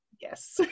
Yes